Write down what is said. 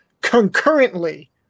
concurrently